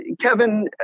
kevin